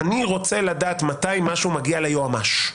"אני רוצה לדעת מתי משהו מגיע ליועמ"ש".